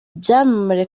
byamamare